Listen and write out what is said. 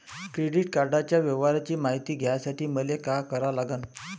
Credit कार्डाच्या व्यवहाराची मायती घ्यासाठी मले का करा लागन?